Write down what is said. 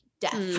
death